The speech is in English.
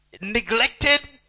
neglected